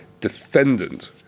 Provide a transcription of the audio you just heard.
defendant